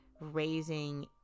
raising